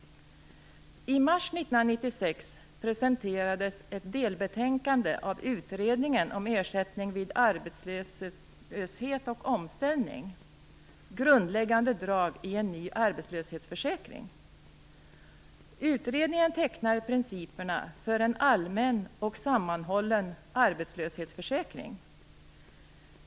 I mars 1996 presenterades ett delbetänkande av utredningen om ersättning vid arbetslöshet och omställning - Grundläggande drag i en ny arbetslöshetsförsäkring. Utredningen tecknar principerna för en allmän och sammanhållen arbetslöshetsförsäkring.